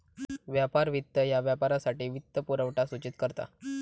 व्यापार वित्त ह्या व्यापारासाठी वित्तपुरवठा सूचित करता